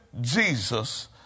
Jesus